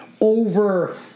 over